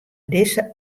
dizze